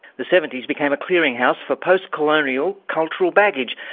the seventy s became a clearing house for post-colonial cultural baggage,